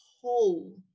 hole